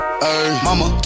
mama